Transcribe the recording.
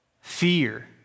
fear